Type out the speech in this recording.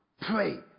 Pray